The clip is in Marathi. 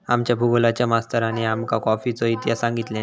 आमच्या भुगोलच्या मास्तरानी आमका कॉफीचो इतिहास सांगितल्यानी